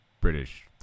British